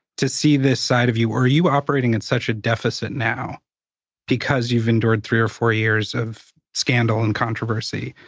to see this side of you? or are you operating at such a deficit now because you've endured three or four years of scandal and controversy,